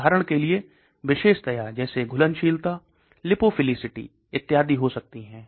उदाहरण के लिए विशेषताएं जैसे घुलनशीलता लिपोफिलिसिटी इत्यादि हो सकती है